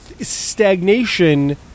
stagnation